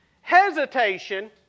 Hesitation